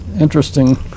interesting